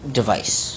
device